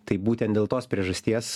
tai būtent dėl tos priežasties